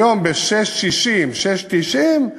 היום ב-6.60, 6.90,